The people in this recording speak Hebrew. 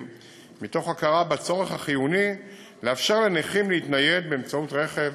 מתוך הכרה בצורך החיוני לאפשר לנכים להתנייד באמצעות רכב